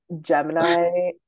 Gemini